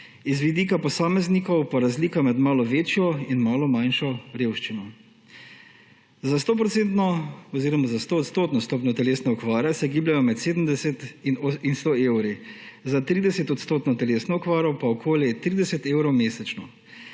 z vidika posameznikov pa razlika med malo večjo in malo manjšo revščino, za 100-odstotno stopnjo telesne okvare se gibljejo med 70 in 100 evri, za 30-odstotno telesno okvaro pa okoli 30 evrov mesečno.